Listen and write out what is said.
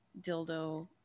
dildo